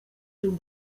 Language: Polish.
się